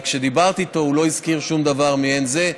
וכשדיברתי איתו הוא לא הזכיר שום דבר מעין זה.